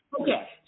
Okay